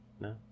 No